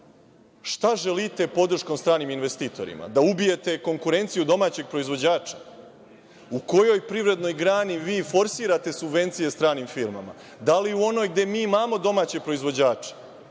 Šta želite podrškom stranim investitorima? Da ubijete konkurenciju domaćeg proizvođača? U kojoj privrednoj grani vi forsirate subvencije stranim firmama? Da li u onoj gde mi imamo domaće proizvođače?